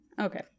Okay